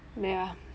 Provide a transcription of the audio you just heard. ya